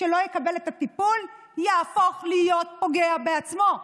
שנפגע ולא יקבל את הטיפול יהפוך להיות פוגע בעצמו.